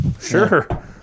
sure